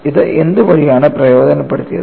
ഇത് എന്ത് വഴിയാണ് പ്രയോജനപ്പെടുത്തിയത്